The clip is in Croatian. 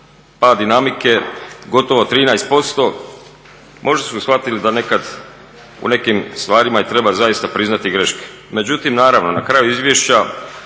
pad dinamike gotovo 13%, možda su shvatili da nekad u nekim stvarima treba zaista priznati greške. Međutim, naravno na kraju izvješća